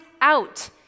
out